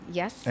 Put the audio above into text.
yes